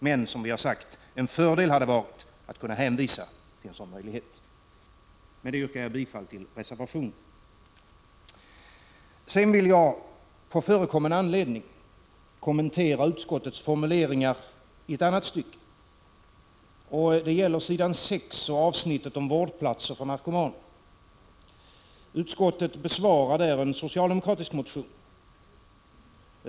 Men, som sagt, en fördel hade varit att kunna hänvisa till en sådan möjlighet. Med detta yrkar jag bifall till reservationen. Sedan vill jag — på förekommen anledning - kommentera utskottets formuleringar i ett annat stycke. Det gäller s. 6 och avsnittet om vårdplatser för narkomaner. Utskottet behandlar där en socialdemokratisk motion.